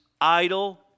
idle